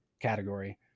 category